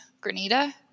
granita